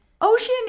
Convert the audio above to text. ocean